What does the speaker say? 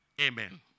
Amen